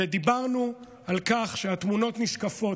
ודיברנו על כך שהתמונות נשקפות.